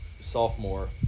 sophomore